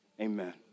Amen